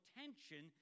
tension